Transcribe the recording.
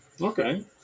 Okay